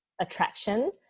attraction